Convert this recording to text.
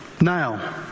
Now